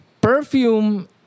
Perfume